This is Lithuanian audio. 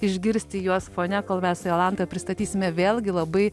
išgirsti juos fone kol mes su jolanta pristatysime vėlgi labai